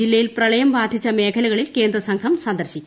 ജില്ലയിൽ പ്രളയം ബാധിച്ച മേഖലകളിൽ കേന്ദ്ര സംഘം സന്ദർശിക്കും